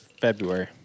February